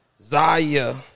Zaya